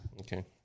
Okay